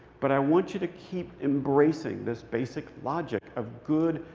but i want you to keep embracing this basic logic of good,